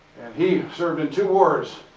he served in two wars.